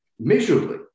miserably